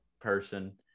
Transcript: person